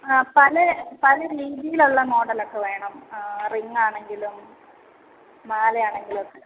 ആ പല പല രീതിയിലുള്ള മോഡലൊക്കെ വേണം ആ റിങ്ങാണെങ്കിലും മാലയാണെങ്കിലുവൊക്കെ